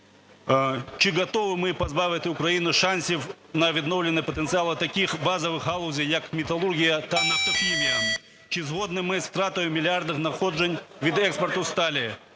Чи готові ми позбавити Україну шансів на відновлення потенціалу таких базових галузей як металургія та нафтохімія. Чи згодні ми з втратою мільярдів надходжень від експорту сталі?